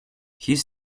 his